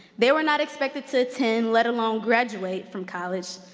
they were not expected to attend, let alone graduate from college,